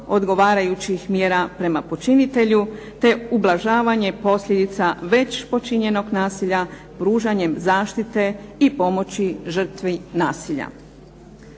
odgovarajućih mjera prema počinitelju te ublažavanje posljedica već počinjenog nasilja, pružanje zaštite i pomoći žrtve nasilja.